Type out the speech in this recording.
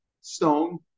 stone